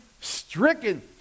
stricken